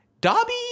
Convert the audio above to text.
Dobby